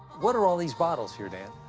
what are all these bottles here, dan?